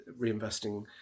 reinvesting